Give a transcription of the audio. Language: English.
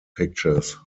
pictures